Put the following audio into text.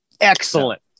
excellent